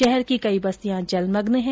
शहर की कई बस्तियां जलमग्न है